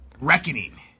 reckoning